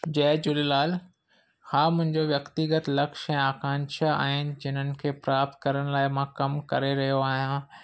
जय झूलेलाल हा मुंहिंजो व्यक्तिगत लक्ष्य ऐं आकांक्षा आहिनि जिनि खे प्राप्त करण लाइ मां कमु करे रहियो आहियां